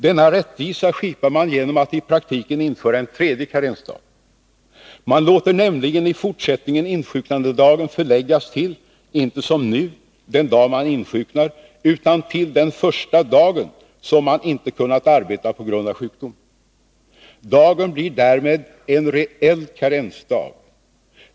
Denna ”rättvisa” skipar man genom att i praktiken införa en tredje karensdag. Man låter nämligen i fortsättningen insjuknandedagen förläggas till, inte som nu den dag man insjuknar utan den första dagen som man inte kunnat arbeta på grund av sjukdomen. Dagen blir därmed en reell karensdag.